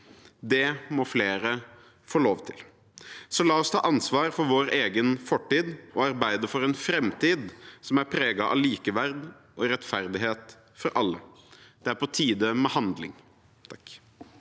Det må flere få lov til. La oss ta ansvar for vår egen fortid og arbeide for en framtid som er preget av likeverd og rettferdighet for alle. Det er på tide med handling. Tobias